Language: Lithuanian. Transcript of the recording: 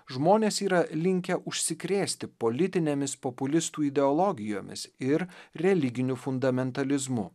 žmonės yra linkę užsikrėsti politinėmis populistų ideologijomis ir religiniu fundamentalizmu